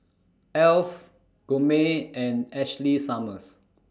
Alf Gourmet and Ashley Summers